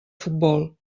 futbol